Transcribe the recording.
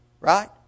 right